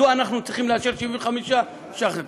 מדוע אנחנו צריכים לאשר 75 ש"ח לתלמיד?